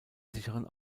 sicheren